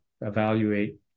evaluate